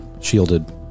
shielded